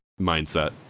mindset